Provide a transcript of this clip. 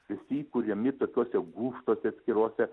visi įkuriami tokiose gūžtose atskirose